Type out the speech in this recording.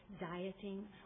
dieting